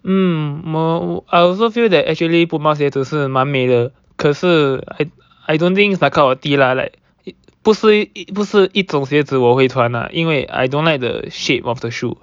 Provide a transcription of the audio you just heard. mm 我 I also feel that actually Puma 鞋都是蛮美的可是 I I don't think it's my cup of tea lah like it 不是不是一种鞋子我会穿啦因为 I don't like the shape of the shoe